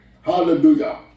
Hallelujah